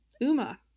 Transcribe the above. Uma